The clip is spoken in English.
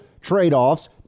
trade-offs